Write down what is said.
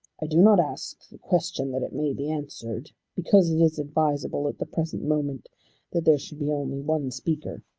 i do not ask the question that it may be answered, because it is advisable at the present moment that there should be only one speaker.